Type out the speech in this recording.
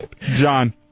John